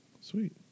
Sweet